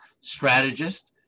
strategist